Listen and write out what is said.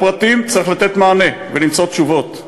לפרטים צריך לתת מענה ולמצוא תשובות,